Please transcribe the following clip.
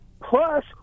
plus